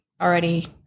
already